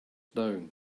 down